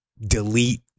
delete